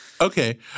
Okay